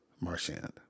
Marchand